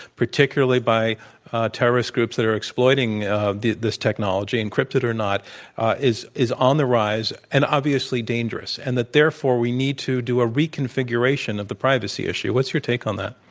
particularly by terrorist groups that are exploiting this technology encrypted or not is is on the rise, and obviously dangerous and that therefore, we need to do a reconfiguration of the privacy issue. what's your take on that?